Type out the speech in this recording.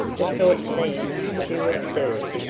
the thought seemed too absurd.